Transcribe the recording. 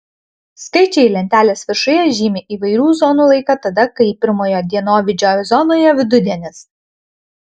skaičiai lentelės viršuje žymi įvairių zonų laiką tada kai pirmojo dienovidžio zonoje vidudienis